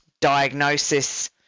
diagnosis